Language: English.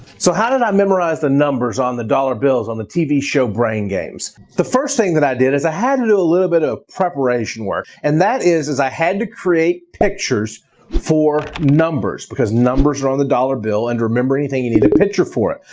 so how did i memorize the numbers on the dollar bills on the tv show, brain games? the first thing that i did is i had to do a little bit of preparation work. and that is is i had to create pictures for numbers, because numbers are on the dollar bill, and to remember anything, you need a picture for it.